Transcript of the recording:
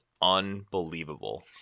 unbelievable